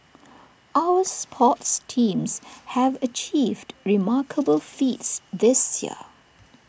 our sports teams have achieved remarkable feats this year